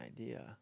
idea